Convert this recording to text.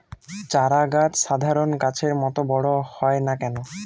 চারা গাছ সাধারণ গাছের মত বড় হয় না কেনো?